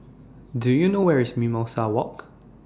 Do YOU know Where IS Mimosa Walk